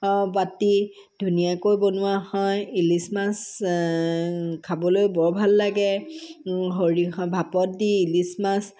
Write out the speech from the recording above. বাতি ধুনীয়াকৈ বনোৱা হয় ইলিচ মাছ খাবলৈ বৰ ভাল লাগে সৰিয়হ ভাপত দি ইলিচ মাছ